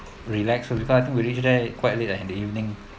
relax because we reached there quite late at the evening